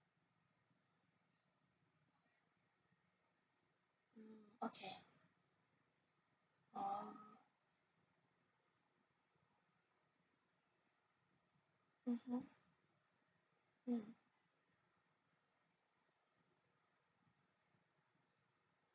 okay oh mmhmm mm